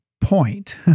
point